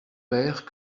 père